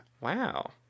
wow